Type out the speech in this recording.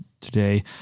today